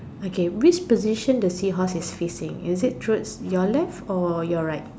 okay which position does his house is facing is it towards your left or your right